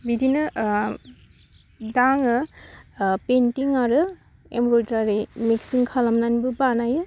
बिदिनो दा आङो आह पेइन्टिं आरो इमब्रदारि मिक्सिं खालामनानैबो बानायो